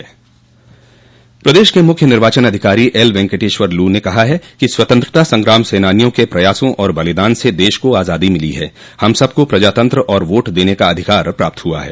प्रदेश के मुख्य निर्वाचन अधिकारी एलवेंकटेश्वर लू ने कहा है कि स्वतंत्रता संग्राम सेनानियों के प्रयासों और बलिदान से देश को आजादी मिली है हम सब को प्रजातंत्र और वोट देने का अधिकार प्राप्त हुआ है